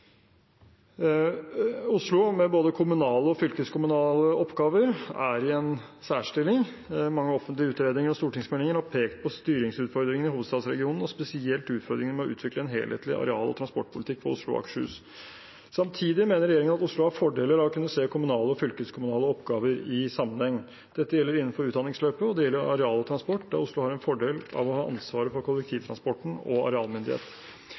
Oslo, med både kommunale og fylkeskommunale oppgaver, er i en særstilling. Mange offentlige utredninger og stortingsmeldinger har pekt på styringsutfordringene i hovedstadsregionen og spesielt utfordringene med å utvikle en helhetlig areal- og transportpolitikk for Oslo og Akershus. Samtidig mener regjeringen at Oslo har fordeler av å kunne se kommunale og fylkeskommunale oppgaver i sammenheng. Dette gjelder innenfor utdanningsløpet, og det gjelder areal og transport, der Oslo har en fordel av å ha ansvaret for kollektivtransporten og arealmyndighet.